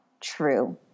true